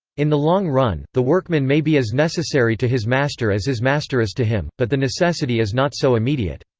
in the long run, the workman may be as necessary to his master as his master is to him, but the necessity is not so immediate.